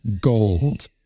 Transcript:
gold